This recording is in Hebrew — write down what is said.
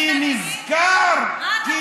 כי נזכר, מה אתה רוצה?